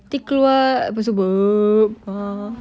nanti keluar berdebar ah